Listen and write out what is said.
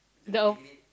though